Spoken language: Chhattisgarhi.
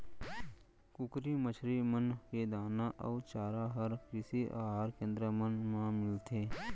कुकरी, मछरी मन के दाना अउ चारा हर कृषि अहार केन्द्र मन मा मिलथे